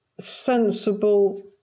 sensible